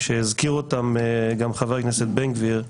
שהזכיר אותם גם חבר הכנסת בן גביר,